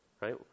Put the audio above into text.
right